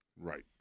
Right